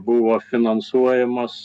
buvo finansuojamos